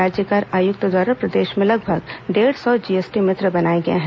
राज्य कर आयुक्त द्वारा प्रदेश में लगभग डेढ़ सौ जीएसटी मित्र बनाए गए हैं